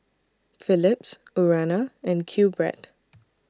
Philips Urana and QBread